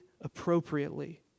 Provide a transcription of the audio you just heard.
appropriately